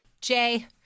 Jay